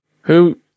Who-